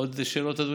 עוד שאלות, אדוני?